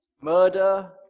murder